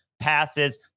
passes